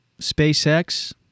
SpaceX